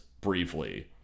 briefly